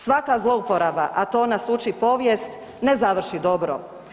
Svaka zlouporaba, a to nas uči povijest, ne završi dobro.